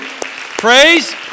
praise